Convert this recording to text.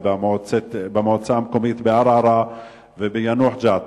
במועצה המקומית ערערה וביאנוח-ג'ת,